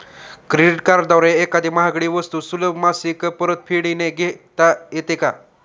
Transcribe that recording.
Credit कार्डद्वारे एखादी महागडी वस्तू सुलभ मासिक परतफेडने घेता येते का?